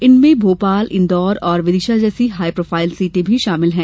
इनमें भोपाल इंदौर और विदिशा जैसी हाईप्रोफाइल सीटें भी शामिल हैं